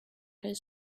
his